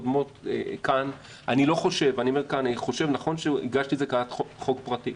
אני חושב שזה נכון שהגשתי את זה כהצעת חוק פרטית